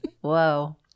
Whoa